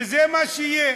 וזה מה שיהיה.